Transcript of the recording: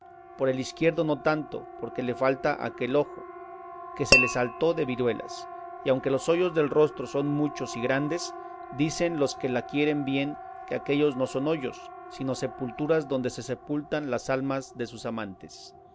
por el izquierdo no tanto porque le falta aquel ojo que se le saltó de viruelas y aunque los hoyos del rostro son muchos y grandes dicen los que la quieren bien que aquéllos no son hoyos sino sepulturas donde se sepultan las almas de sus amantes